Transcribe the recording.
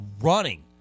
running